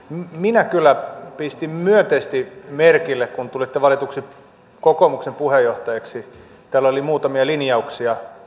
minä kyllä pistin myönteisesti merkille kun tulitte valituksi kokoomuksen puheenjohtajaksi niin teillä oli muutamia linjauksia